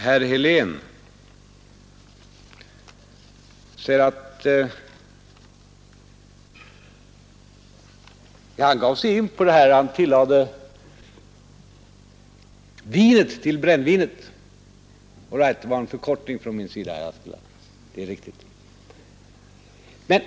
Herr Helén lade vinet till brännvinet. All right, det var en förkortning jag gjorde, så tillägget är riktigt.